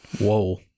Whoa